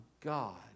God